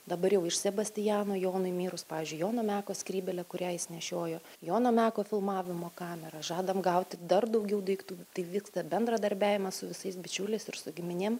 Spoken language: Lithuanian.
dabar jau iš sebastiano jonui mirus pavyzdžiui jono meko skrybėlę kurią jis nešiojo jono meko filmavimo kamera žadam gauti dar daugiau daiktų tai vyksta bendradarbiavimas su visais bičiuliais ir su giminėm